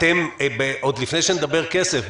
עוד לפני שנדבר על כסף,